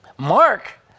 Mark